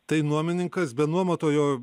tai nuomininkas be nuomotojo